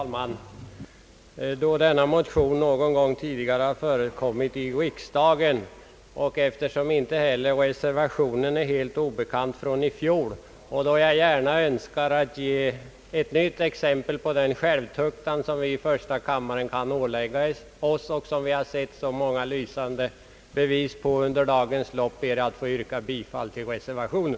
Herr talman! Då denna motion någon gång tidigare har förekommit i riksdagen och eftersom inte heller reservationen är helt obekant från i fjol samt då jag gärna önskar ge ett nytt exempel på den självtukt som vi i första kammaren kan ålägga oss, och som vi har sett så många lysande bevis på under dagens lopp, ber jag få yrka bifall till reservationen.